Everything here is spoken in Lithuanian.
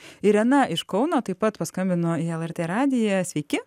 irena iš kauno taip pat paskambino į lrt radiją sveiki